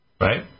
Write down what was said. Right